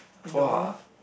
you know